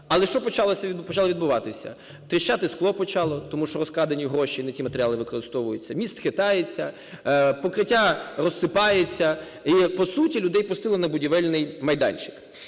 Але що почало відбуватися? Тріщати скло почало, тому що розкрадені гроші і не ті матеріали використовуються, міст хитається, покриття розсипається. І по суті людей пустили на будівельний майданчик.